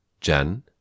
Jen